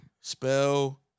Spell